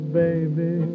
baby